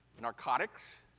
narcotics